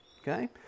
Okay